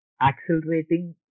accelerating